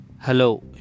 Hello